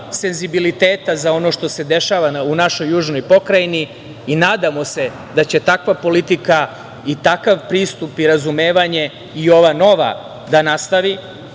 senzibiliteta za ono što se dešava u našoj južnoj pokrajini, i nadamo se da će takva politika i takav pristup i razumevanje i ova nova da nastavi,